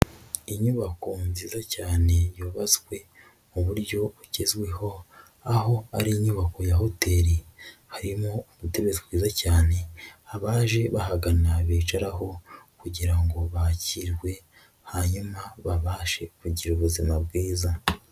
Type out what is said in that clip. Inyubako nziza cyane yubatswe mu buryo bugezweho, aho ari inyubako ya hoteli, harimo umudebe rwiza cyane, abaje bahagana bicaraho kugira ngo bakirwe, hanyuma babashe kugira ubuzima bwiza.